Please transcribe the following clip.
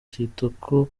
kitoko